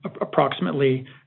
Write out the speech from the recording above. approximately